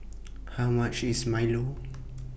How much IS Milo